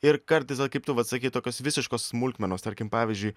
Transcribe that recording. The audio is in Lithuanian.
ir kartais vat kaip tu vat sakei tokios visiškos smulkmenos tarkim pavyzdžiui